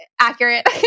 accurate